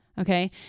okay